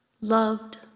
loved